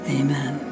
amen